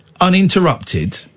uninterrupted